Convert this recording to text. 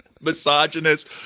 misogynist